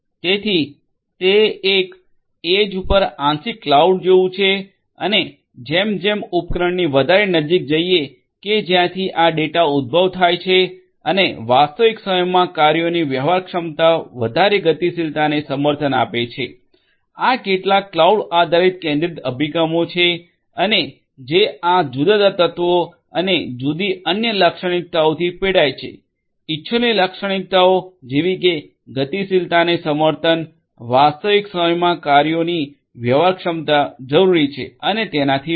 તેથી તે એક એજ પર આંશિક ક્લાઉડ જેવું છે અને જેમ જેમ ઉપકરણોની વધારે નજીક જઈએ કે જ્યાંથી આ ડેટા ઉદ્ભવ થાય છે અને વાસ્તવિક સમયમાં કાર્યોની વ્યવહારક્ષમતા વધારે ગતિશીલતાને સમર્થન આપે છે આ કેટલાક ક્લાઉડ આધારિત કેન્દ્રિત અભિગમો છે અને જે આ જુદા જુદા તત્વો અને જુદી જુદી અન્ય લાક્ષણિકતાઓથી પીડાય છે ઇચ્છનીય લાક્ષણિકતાઓ જેવી કે ગતિશીલતાને સમર્થન વાસ્તવિક સમયમાં કાર્યોની વ્યવહારક્ષમતા જરૂરી છે અને તેનાથી વધુ